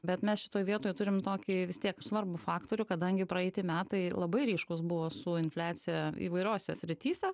bet mes šitoj vietoj turim tokį vis tiek svarbų faktorių kadangi praeiti metai labai ryškūs buvo su infliacija įvairiose srityse